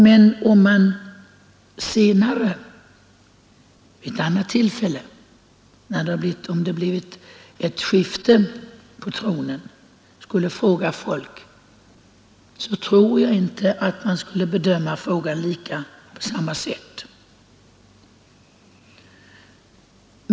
Men om man vid ett senare tillfälle, när det blivit skifte på tronen, skulle fråga människorna om de vill ha monarki eller republik tror jag inte att de skulle göra samma bedömning som nu.